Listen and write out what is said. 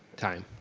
time.